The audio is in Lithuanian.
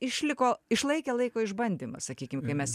išliko išlaikė laiko išbandymą sakykim kai mes